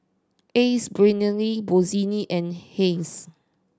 Ace Brainery Bossini and Heinz